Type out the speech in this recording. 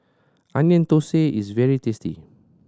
Onion Thosai is very tasty